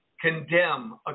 condemn